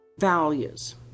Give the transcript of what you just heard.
Values